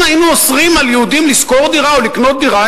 אם היינו אוסרים על יהודים לשכור דירה או לקנות דירה,